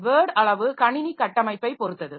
word அளவு கணினி கட்டமைப்பைப் பொறுத்தது